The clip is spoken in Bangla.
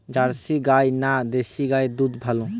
জার্সি গাই না দেশী গাইয়ের দুধ ভালো?